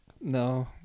no